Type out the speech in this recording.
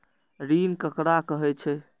ऋण ककरा कहे छै?